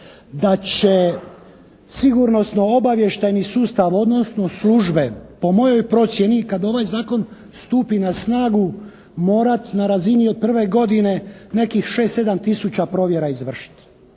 da će sigurnosno-obavještajni sustav, odnosno službe po mojoj procjeni kad ovaj zakon stupi na snagu morati na razini od prve godine nekih šest, sedam tisuća provjera izvršiti.